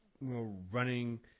running